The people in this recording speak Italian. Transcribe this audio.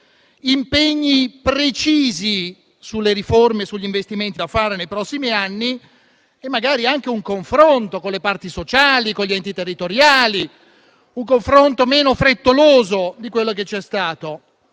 impegni precisi sulle riforme e sugli investimenti da fare nei prossimi anni e magari anche un confronto con le parti sociali, con gli enti territoriali, un confronto meno frettoloso di quello che c'è stato.